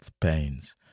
Pains